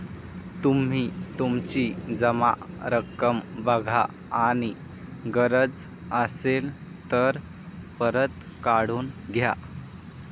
तुम्ही तुमची जमा रक्कम बघा आणि गरज असेल तर परत काढून घ्या